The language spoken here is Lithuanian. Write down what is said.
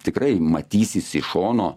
tikrai matysis iš šono